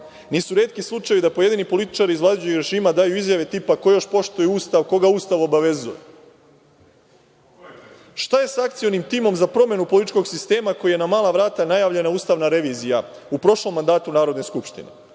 Nisu retki slučajevi da pojedini političari iz vladajućeg režima daju izjave tipa – ko još poštuje Ustav, koga Ustav obavezuje? Šta je sa akcionim timom za promenu političkog sistema, kojim je na mala vrata najavljena ustavna revizija u prošlom mandatu Narodne skupštine?